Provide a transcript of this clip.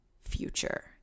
future